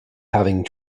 having